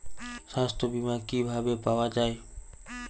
সাস্থ্য বিমা কি ভাবে পাওয়া যায়?